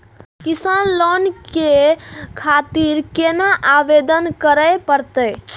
किसान लोन के खातिर केना आवेदन करें परतें?